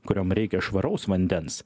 kuriom reikia švaraus vandens